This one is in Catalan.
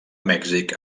mèxic